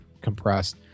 compressed